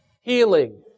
healing